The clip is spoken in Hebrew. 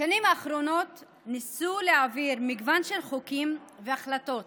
בשנים האחרונות ניסו להעביר מגוון חוקים והחלטות